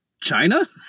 China